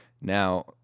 Now